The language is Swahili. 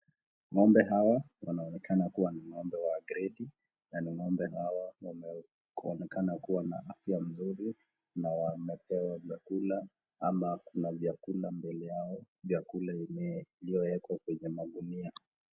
Ng'ombe hawa wanaonekana kuwa ni ng'ombe wa gredi na ni ng'ombe hawa wanaonekana kuwa na afya nzuri na wamepewa vyakula ama kuna vyakula mbele yao vyakula yenye iliyowekwa kwenye magunia.